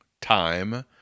time